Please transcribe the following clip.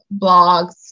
blogs